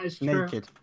naked